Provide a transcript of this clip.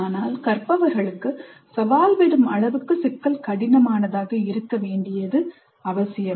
ஆனால் கற்பவர்களுக்கு சவால் விடும் அளவுக்கு சிக்கல் கடினமானதாக இருக்க வேண்டியது அவசியம்